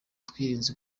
twirinze